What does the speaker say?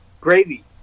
gravy